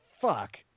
Fuck